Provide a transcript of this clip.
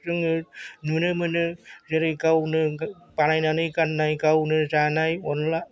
जोङो नुनो मोनो जेरै गावनो बानायनानै गाननाय गावनो जानाय अनला